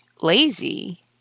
lazy